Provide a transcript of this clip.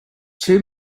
two